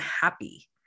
happy